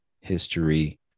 History